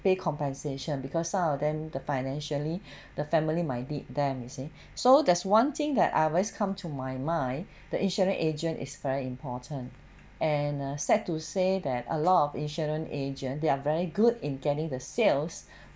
pay compensation because some of them the financially the family might need them you see so there's one thing that I always come to my mind the insurance agent is very important and uh sad to say that a lot of insurance agent they are very good in getting the sales